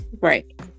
Right